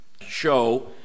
show